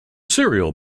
serial